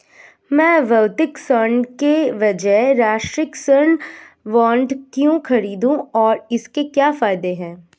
मैं भौतिक स्वर्ण के बजाय राष्ट्रिक स्वर्ण बॉन्ड क्यों खरीदूं और इसके क्या फायदे हैं?